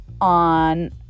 on